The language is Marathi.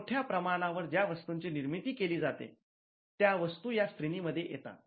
मोठ्या प्रमाणावर ज्या वस्तूंची निर्मिती केली जाते त्या वस्तू या श्रेणी मध्ये येतात